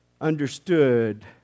understood